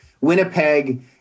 Winnipeg